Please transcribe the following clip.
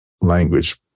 language